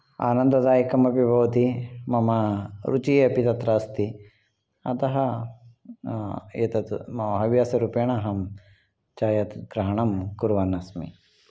आनन्ददायकम् अपि भवति मम रुचिः अपि तत्र अस्ति अतः एतत् मम अभ्यासरूपेण अहं छायग्रहणं कुर्वन् अस्मि